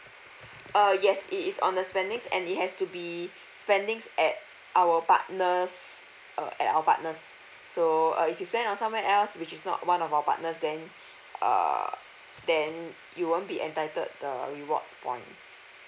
uh yes it's on the spendings and it has to be spendings at our partners uh at our partners so uh if you spend on somewhere else which is not one of our partners then err then you won't be entitled the rewards points